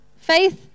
Faith